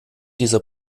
dieser